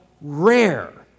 rare